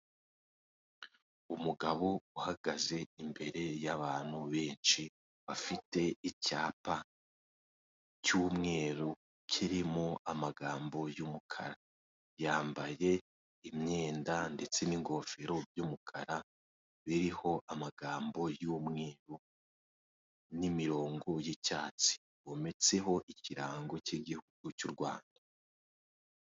Umugabo uhagaze imbere y'abantu benshi, bafite icyapa cy'umweru kirimo amagambo y'umukara, yambaye imyenda ndetse n'ingofero by'umukara biriho amagambo y'umweru n'imirongo y'icyatsi, byometseho ikirango cy'igihugu cy'U Rwanda.